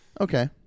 Okay